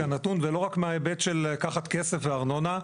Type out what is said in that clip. נתון ולא רק מההיבט של לקחת כסף וארנונה,